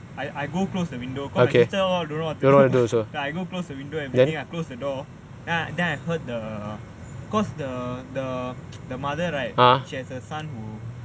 I I go close the window because my sister all don't know what to do so I close the window everything I close the door and then I heard the because the the the mother right she has a son who